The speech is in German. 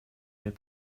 mir